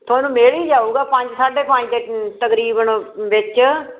ਤੁਹਾਨੂੰ ਮਿਲ ਹੀ ਜਾਊਗਾ ਪੰਜ ਸਾਢੇ ਪੰਜ ਤਕਰੀਬਨ ਵਿੱਚ